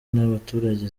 n’abaturage